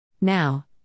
Now